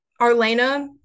Arlena